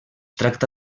tracta